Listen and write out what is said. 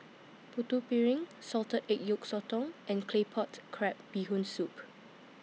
Putu Piring Salted Egg Yolk Sotong and Claypot Crab Bee Hoon Soup